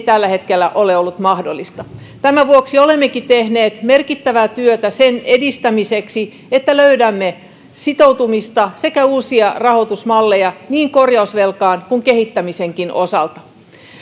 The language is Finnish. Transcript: tällä hetkellä ole ollut mahdollista tämän vuoksi olemmekin tehneet merkittävää työtä sen edistämiseksi että löydämme sitoutumista sekä uusia rahoitusmalleja niin korjausvelan kuin kehittämisenkin osalta